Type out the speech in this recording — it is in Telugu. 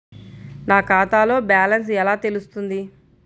నా ఖాతాలో బ్యాలెన్స్ ఎలా తెలుస్తుంది?